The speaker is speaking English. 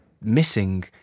missing